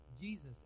Jesus